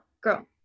girl